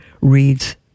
reads